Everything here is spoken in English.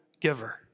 giver